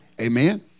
Amen